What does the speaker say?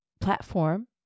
platform